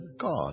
God